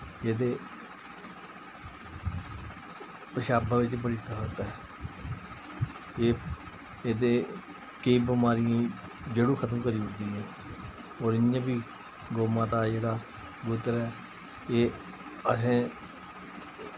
जेह्दे पशाबा बिच्च बड़ी ताकत ऐ एह् एह् ते केईं बमारियें गी जड़ूं खतम करी ओड़दी ऐ होर इ'यां बा गौ माता दा जेह्ड़ा गूत्तर ऐ एह् असें